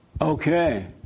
Okay